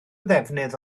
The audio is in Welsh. ddefnydd